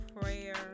prayer